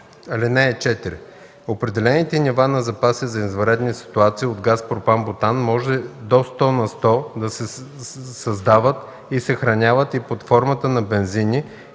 (4) Определените нива на запаси за извънредни ситуации от газ пропан-бутан може до 100 на сто да се създават и съхраняват и под формата на бензини